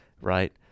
right